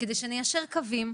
כדי שניישר קווים.